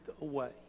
away